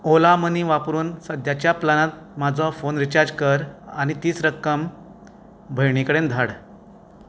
Ola Money वापरून सद्याच्या प्लॅनांत म्हाजो फोन रिचार्ज कर आनी तीच रक्कम भयणी कडेन धाड